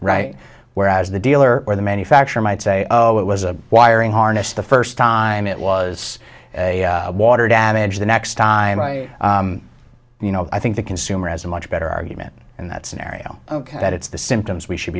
right whereas the dealer or the manufacturer might say oh it was a wiring harness the first time it was a water damage the next time i you know i think the consumer has a much better argument and that scenario ok that it's the symptoms we should